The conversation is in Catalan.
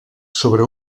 sobre